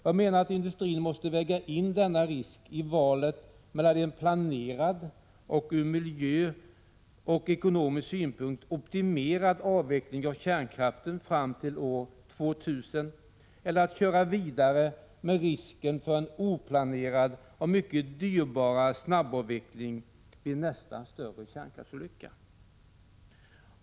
Jag menar att industrin måste väga in denna risk i valet mellan att genomföra en planerad och ur miljösynpunkt och ekonomisk synpunkt optimerad avveckling av kärnkraften fram till år 2000 eller att köra vidare med risken för en oplanerad och mycket dyrbarare snabbavveckling vid nästa större kärnkraftsolycka.